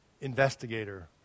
investigator